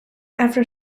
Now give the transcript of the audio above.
after